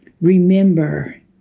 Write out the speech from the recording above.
remember